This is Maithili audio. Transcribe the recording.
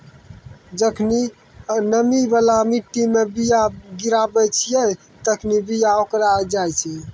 जखनि नमी बाला मट्टी मे बीया गिराबै छिये तखनि बीया ओकराय जाय छै